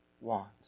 want